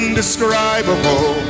Indescribable